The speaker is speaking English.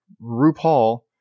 RuPaul